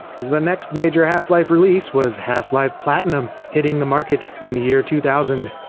the next major half-life release was half-life platinum, hitting the market in the year two thousand.